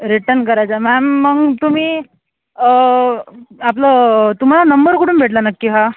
return करायचं आहे ma'am मग तुम्ही आपलं तुम्हाला नंबर कुठून भेटला नक्की हा